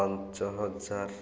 ପାଞ୍ଚ ହଜାର